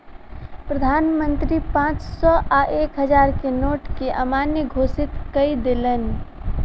प्रधान मंत्री पांच सौ आ एक हजार के नोट के अमान्य घोषित कय देलैन